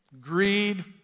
Greed